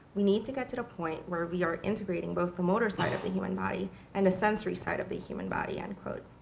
we need to get to the point where we are integrating both the motor side of the human body and the sensory side of the human body end quote.